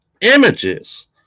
images